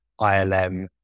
ilm